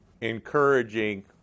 encouraging